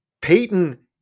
Peyton